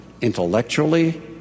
intellectually